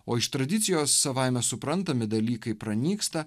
o iš tradicijos savaime suprantami dalykai pranyksta